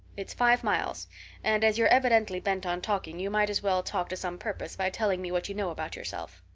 it's five miles and as you're evidently bent on talking you might as well talk to some purpose by telling me what you know about yourself.